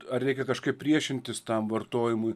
ar reikia kažkaip priešintis tam vartojimui